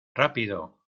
rápido